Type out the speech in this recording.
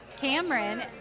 Cameron